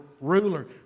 ruler